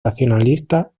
racionalista